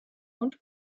und